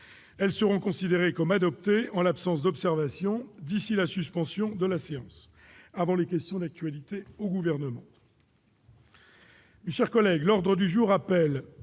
Elles seront considérées comme adoptées en l'absence d'observations d'ici à la suspension de la séance, avant les questions d'actualité au Gouvernement.-